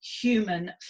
human